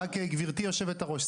גברתי יושבת-הראש,